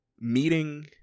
Meeting